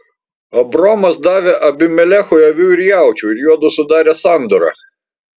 abraomas davė abimelechui avių ir jaučių ir juodu sudarė sandorą